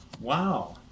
Wow